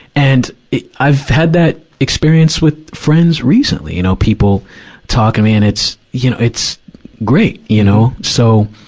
and, it, i've had that experience with friends recently. you know, people talk to and me. and it's, you know, it's great. you know. so,